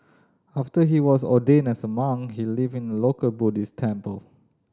after he was ordained as a monk he lived in a local Buddhist temple